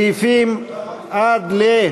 וסעיפים עד,